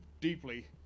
deeply